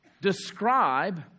describe